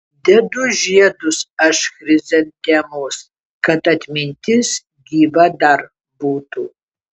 dedu žiedus aš chrizantemos kad atmintis gyva dar būtų